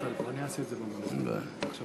נא לסיים.